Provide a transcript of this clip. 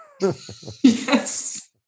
Yes